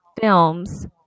films